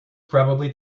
probably